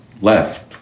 left